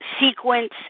sequence